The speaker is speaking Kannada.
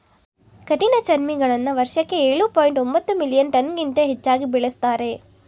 ಕಠಿಣಚರ್ಮಿಗಳನ್ನ ವರ್ಷಕ್ಕೆ ಎಳು ಪಾಯಿಂಟ್ ಒಂಬತ್ತು ಮಿಲಿಯನ್ ಟನ್ಗಿಂತ ಹೆಚ್ಚಾಗಿ ಬೆಳೆಸ್ತಾರೆ